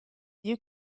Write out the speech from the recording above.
you